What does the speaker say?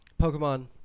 Pokemon